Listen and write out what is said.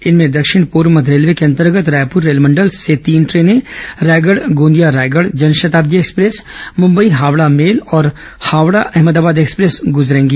इनमें दक्षिण पूर्व मध्य रेलवे के अंतर्गत रायपुर रेलमंडल से तीन ट्रेनें रायगढ़ गोंदिया रायगढ़ जनशताब्दी एक्सप्रेस मुंबई हावड़ा मेल और हावड़ा अहमदाबाद एक्सप्रेस गुजरेंगी